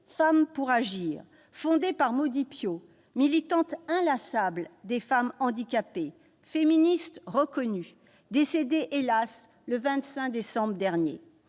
femmes pour agir, fondée par Maudy Piot, militante inlassable des femmes handicapées, féministe reconnue, décédée, hélas ! le 25 décembre dernier.